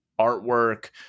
artwork